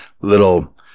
little